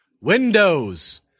Windows